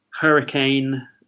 Hurricane